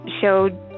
showed